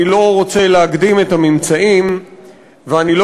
אני לא רוצה להקדים את הממצאים ואני לא